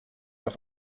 auf